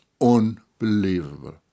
unbelievable